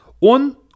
on